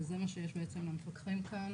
וזה מה שיש למפקחים כאן,